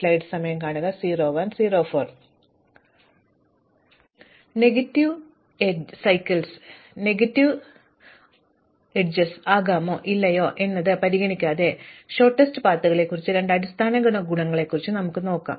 അതിനാൽ നമുക്ക് നെഗറ്റീവ് സൈക്കിളുകൾ ഇല്ലെങ്കിൽ അരികുകൾ നെഗറ്റീവ് ആകാമോ ഇല്ലയോ എന്നത് പരിഗണിക്കാതെ ഹ്രസ്വമായ പാതകളെക്കുറിച്ചുള്ള രണ്ട് അടിസ്ഥാന ഗുണങ്ങളെക്കുറിച്ച് ആദ്യം നോക്കാം